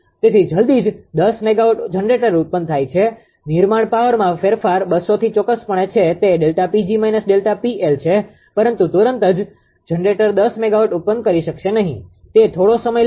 તેથી જલ્દી જ 10 મેગાવોટ જનરેટર ઉત્પન્ન થાય છેનિર્માણ પાવરમાં ફેરફાર 200 થી ચોક્કસપણે છે તે છે પરંતુ તુરંત જ જનરેટર 10 મેગાવોટ ઉત્પન્ન કરી શકશે નહીં તે થોડો સમય લેશે